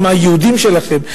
אם היהודים שלכם,